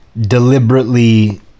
deliberately